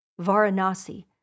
Varanasi